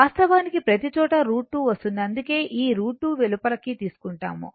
వాస్తవానికి ప్రతిచోటా √ 2 వస్తుంది అందుకే ఈ √ 2 వెలుపల కి తీసుకుంటాము